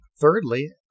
Thirdly